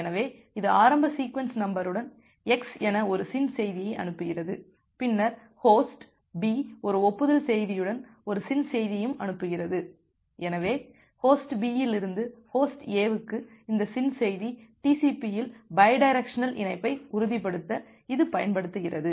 எனவே இது ஆரம்ப சீக்வென்ஸ் நம்பருடன் x என ஒரு SYN செய்தியை அனுப்புகிறது பின்னர் ஹோஸ்ட் B ஒரு ஒப்புதல் செய்தியுடன் ஒரு SYN செய்தியையும் அனுப்புகிறது எனவே ஹோஸ்ட் B இலிருந்து ஹோஸ்ட் A க்கு இந்த SYN செய்தி TCP இல் பைடைரக்சனல் இணைப்பை உறுதிப்படுத்த இது பயன்படுகிறது